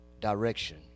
direction